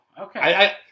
okay